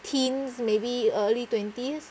teens maybe early twenties